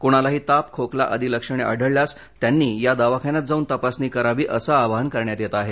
क्णालाही ताप खोकला आदी लक्षणे आढळल्यास त्यांनी या दवाखान्यात जाऊन तपासणी करावी असं आवाहन करण्यात येत आहे